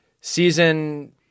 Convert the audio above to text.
season